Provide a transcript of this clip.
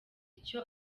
ico